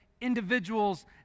individuals